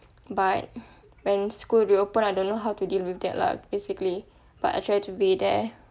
but when school reopen I don't know how to deal with that lah basically but I try to be there